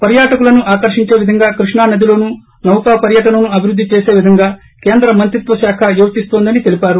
పర్యాటకులను ఆకర్షించే విధంగా కృష్ణా నదిలోను నౌకా పర్యటనను అభివృద్ది చేసే విధంగా కేంద్ర మంత్రిత్వ శాఖ యోచిస్తోందని తెలిపారు